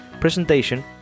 presentation